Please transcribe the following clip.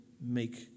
make